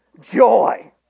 joy